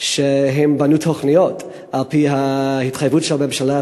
שבנו תוכניות על-פי ההתחייבות של הממשלה,